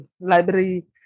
library